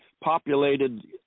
populated